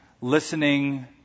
listening